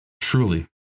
Truly